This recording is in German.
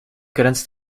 grenzt